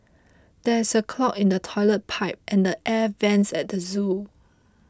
there is a clog in the Toilet Pipe and the Air Vents at the zoo